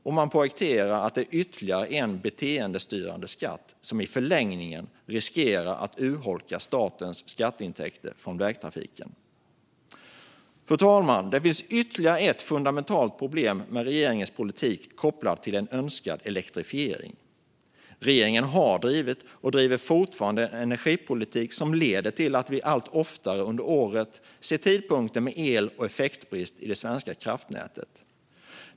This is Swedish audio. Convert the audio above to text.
De poängterar att det är ytterligare en beteendestyrande skatt som i förlängningen riskerar att urholka statens skatteintäkter från vägtrafiken. Fru talman! Det finns ytterligare ett fundamentalt problem med regeringens politik kopplat till en önskad elektrifiering. Regeringen har drivit - och driver fortfarande - en energipolitik som leder till att vi allt oftare under året ser tidpunkter med el och effektbrist i det svenska kraftnätet.